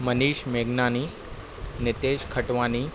मनीष मेघनाणी नितेश खटवाणी